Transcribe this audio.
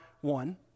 one